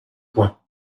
points